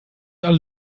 alle